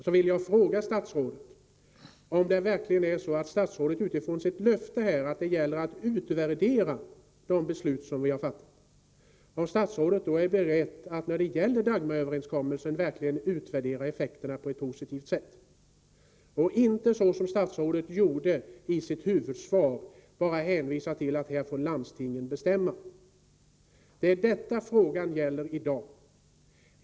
Jag vill fråga statsrådet om hon utifrån sitt löfte här att utvärdera de beslut som vi har fattat är beredd att beträffande Dagmaröverenskommelsen verkligen utvärdera effekterna på ett positivt sätt och inte så som statsrådet gjorde i sitt interpellationssvar bara hänvisa till att landstingen får bestämma. Det är detta frågan gäller i dag.